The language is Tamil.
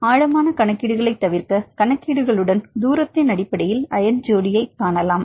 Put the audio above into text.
ஆழமான கணக்கீடுகளைத் தவிர்க்க கணக்கீடுகளுடன் தூரத்தின் அடிப்படையில் அயன் ஜோடிகளைக் காணலாம்